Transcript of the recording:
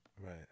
Right